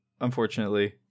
Unfortunately